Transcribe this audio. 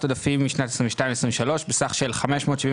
עודפים משנת 22' ל-23' בסך של 575